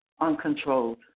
uncontrolled